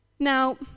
Now